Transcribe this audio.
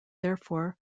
therefore